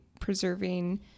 preserving